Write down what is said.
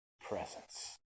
presence